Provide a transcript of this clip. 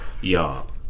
Y'all